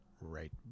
right